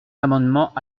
amendements